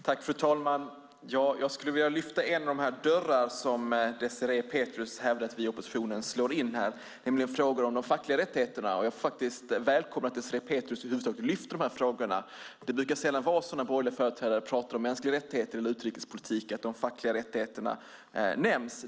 Fru talman! Jag vill lyfta fram en av de dörrar som Désirée Pethrus hävdar att vi i oppositionen slår in, nämligen frågor om de fackliga rättigheterna. Jag välkomnar att Désirée Pethrus över huvud taget lyfter upp frågorna. Det brukar sällan vara så när borgerliga företrädare pratar om mänskliga rättigheter eller utrikespolitik att de fackliga rättigheterna nämns.